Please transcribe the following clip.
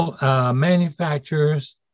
manufacturers